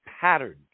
patterned